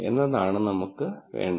എന്നതാണ് നമുക്ക് വേണ്ടത്